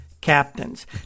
captains